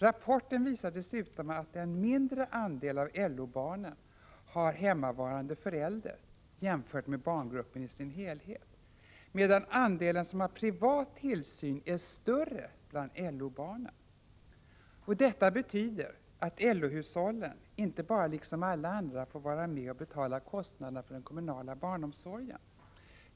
Rapporten visar dessutom att en mindre andel av LO-barnen har hemmavarande förälder jämfört med barngruppen i sin helhet, medan andelen som har privat tillsyn är större bland LO-barnen. Detta betyder att LO-hushållen inte bara liksom alla andra får vara med och betala kostnaderna för den kommunala barnomsorgen.